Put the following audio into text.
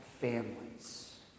families